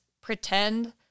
pretend